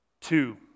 Two